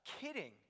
kidding